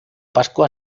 pascua